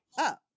up